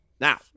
Now